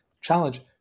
challenge